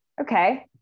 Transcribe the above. Okay